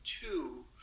two